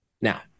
Now